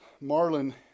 Marlin